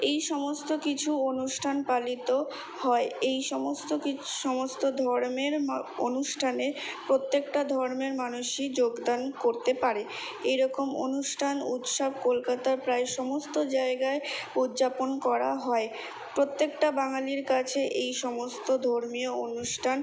এই সমস্ত কিছু অনুষ্ঠান পালিত হয় এই সমস্ত কিছ সমস্ত ধর্মের মা অনুষ্ঠানে প্রত্যেকটা ধর্মের মানুষই যোগদান করতে পারে এই রকম অনুষ্ঠান উৎসব কলকাতার প্রায় সমস্ত জায়গায় উদযাপন করা হয় প্রত্যেকটা বাঙালির কাছে এই সমস্ত ধর্মীয় অনুষ্ঠান